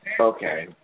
Okay